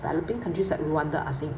developing countries like rwanda are saying